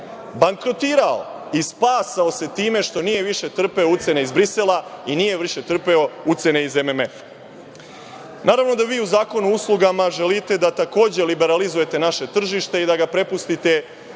bankrotirao i spasao se time što nije više trpeo ucene iz Brisela i nije trpeo ucene iz MMF.Naravno da vi u Zakonu o uslugama želite da takođe liberalizujete naše tržište i da ga prepustite